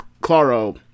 Claro